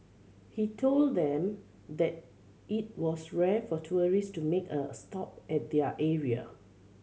he told them that it was rare for tourist to make a stop at their area